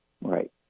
right